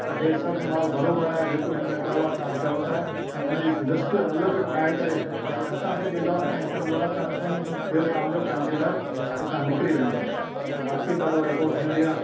त हे सभु मालु बरोबर आहे जेको हिन में पियो आहे तां चओ था ऐं हुन जी लिस्ट अलॻि ठाहे करे वरी असां खे ॾींदो ऐं चोंदो आहे कंफर्म थियो तव्हां जो कंटेनरु हितां निकरी वेंदो पोइ बाक़ी कारवाई पोइ थींदी आहे